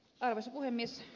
arvoisa puhemies